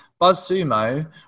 Buzzsumo